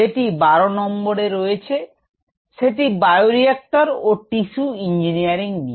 যেটি 12 নম্বরে রয়েছে সেটি বায়োরিক্টর ও টিস্যু ইঞ্জিনিয়ারিং নিয়ে